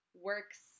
works